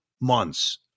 months